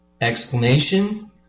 explanation